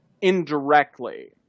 indirectly